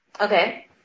Okay